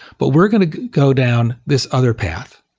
but we're going to go down this other path.